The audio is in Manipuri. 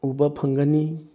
ꯎꯕ ꯐꯪꯒꯅꯤ